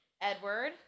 Edward